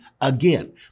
again